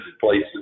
places